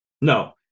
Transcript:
No